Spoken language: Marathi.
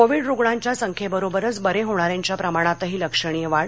कोवीड रुग्णांच्या संख्येबरोबरच बरे होणाऱ्यांच्या प्रमाणातही लक्षणीय वाढ